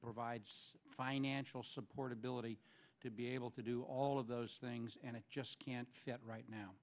provide financial support ability to be able to do all of those things and i just can't right